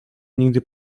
nigdy